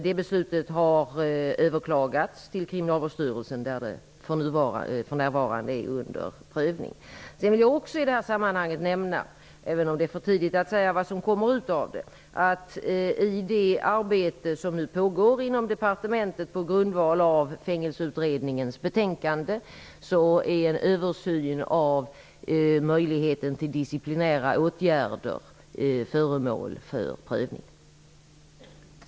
Det beslutet har överklagats till Kriminalvårdsstyrelsen, där det för närvarande är under prövning. I det arbete som nu pågår inom departementet, på grundval av Fängelseutredningens betänkande, är en översyn av möjligheten till disciplinära åtgärder föremål för prövning.